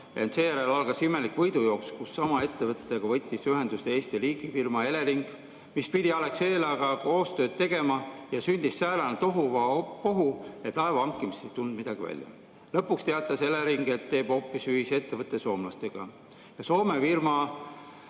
seejärel algas imelik võidujooks, kus sama ettevõttega võttis ühendust Eesti riigifirma Elering, mis pidi Alexelaga koostööd tegema, ja sündis säärane tohuvabohu, et laeva hankimisest ei tulnud midagi välja. Lõpuks teatas Elering, et teeb hoopis ühisettevõtte soomlastega. Soome firma